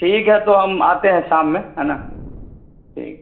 ٹھیک ہے تو ہم آتے ہیں شام میں ہے نا ٹھیک ہے